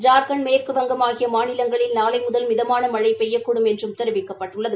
ஜார்க்கண்ட் மேற்குவங்கம் ஆகிய மாநிலங்களில் நாளை முதல் மிதமான மழை பெய்யக்கூடும் என்றும் தெரிவிக்கப்பட்டுள்ளது